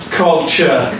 culture